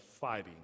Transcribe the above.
fighting